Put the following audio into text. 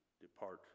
Depart